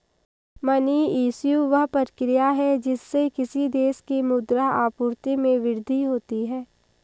money issue, वह प्रक्रिया है जिससे किसी देश की मुद्रा आपूर्ति में वृद्धि होती है